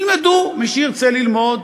ילמדו, מי שירצה ללמוד.